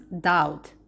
doubt